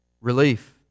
Relief